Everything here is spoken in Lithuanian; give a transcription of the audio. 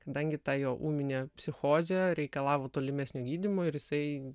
kadangi ta jo ūminė psichozė reikalavo tolimesnio gydymo ir jisai